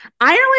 Ireland